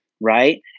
right